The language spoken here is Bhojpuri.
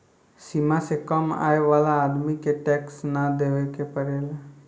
सीमा से कम आय वाला आदमी के टैक्स ना देवेके पड़ेला